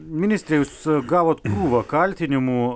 ministre jūs gavot krūvą kaltinimų